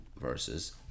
versus